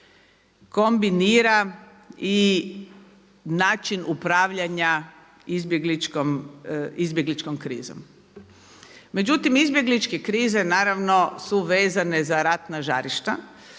kombinira i način upravljanja izbjegličkom krizom. Međutim, izbjegličke krize naravno su vezane za ratna žarišta